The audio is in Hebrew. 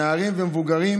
נערים ומבוגרים,